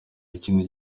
ikindi